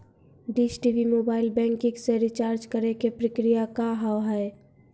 Dish TV mobile banking से recharge करे के प्रक्रिया का हाव हई?